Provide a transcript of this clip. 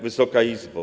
Wysoka Izbo!